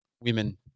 women